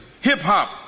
Hip-hop